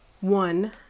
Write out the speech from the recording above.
one